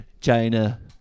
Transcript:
China